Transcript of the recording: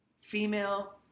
Female